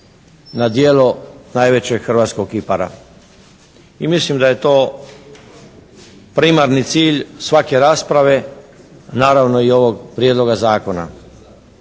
na djelo najvećeg hrvatskog kipara. I mislim da je to primarni cilj svake rasprave, naravno i ovog Prijedloga zakona.